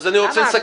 אני רוצה לסכם.